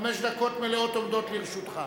חמש דקות מלאות עומדות לרשותך.